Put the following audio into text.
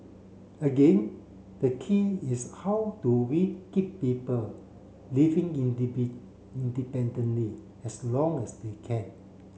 again the key is how do we keep people living independently as long as they can